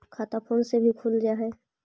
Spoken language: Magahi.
खाता फोन से भी खुल जाहै?